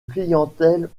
clientèle